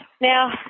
Now